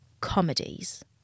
comedies